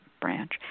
branch